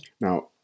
Now